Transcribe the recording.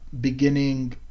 beginning